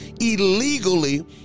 illegally